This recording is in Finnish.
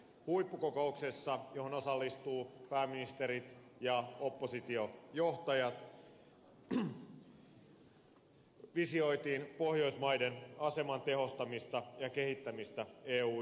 huippukokouksessa johon osallistuivat pääministerit ja oppositiojohtajat visioitiin pohjoismaiden aseman tehostamista ja kehittämistä eu yhteistyössä